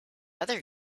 other